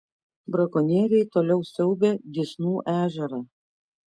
brakonieriai toliau siaubia dysnų ežerą